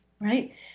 Right